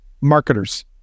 Marketers